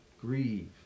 grieve